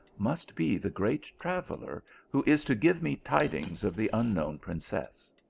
must be the great traveller who is to give me tidings of the unknown princess.